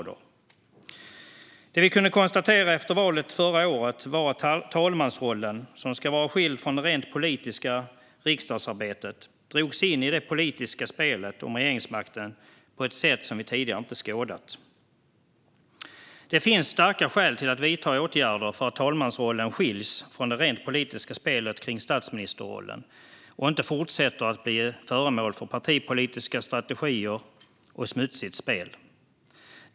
Det vi kunde konstatera efter valet förra året var att talmansrollen, som ska vara skild från det rent politiska riksdagsarbetet, drogs in i det politiska spelet om regeringsmakten på ett sätt som vi tidigare inte skådat. Det finns starka skäl till att vidta åtgärder för att skilja talmansrollen från det rent politiska spelet runt statsministerrollen så att den inte fortsätter att bli föremål för partipolitiska strategier och smutsigt spel.